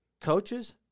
coaches